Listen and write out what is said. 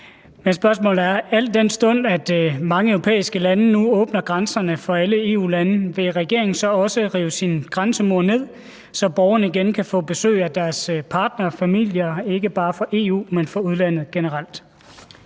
Mit spørgsmål er: Al den stund at mange europæiske lande nu åbner grænserne for alle EU-lande, vil regeringen så også rive sin grænsemur ned, så borgerne igen kan få besøg af deres partnere og familier fra udlandet, ikke bare fra EU, men fra udlandet generelt?